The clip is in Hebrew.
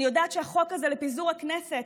אני יודעת שהחוק הזה לפיזור הכנסת,